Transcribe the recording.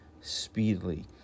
speedily